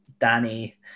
Danny